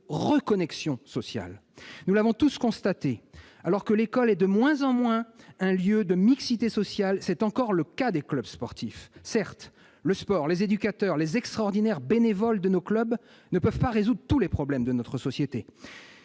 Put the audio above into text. de reconnexion sociale. Nous l'avons tous constaté : alors que l'école est de moins en moins un lieu de mixité sociale, c'est encore le cas des clubs sportifs. Certes, le sport, les éducateurs, les extraordinaires bénévoles des clubs ne peuvent pas résoudre tous les problèmes de notre société,